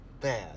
bad